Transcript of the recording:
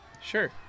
Sure